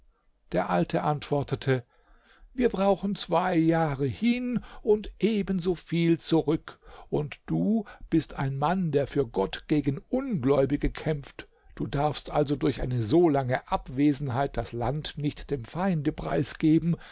der alte antwortete wir brauchen zwei jahre hin und ebenso viel zurück und du bist ein mann der für gott gegen ungläubige kämpft du darfst also durch eine so lange abwesenheit das land nicht dem feinde preisgeben